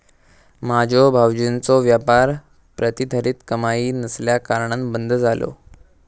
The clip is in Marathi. माझ्यो भावजींचो व्यापार प्रतिधरीत कमाई नसल्याकारणान बंद झालो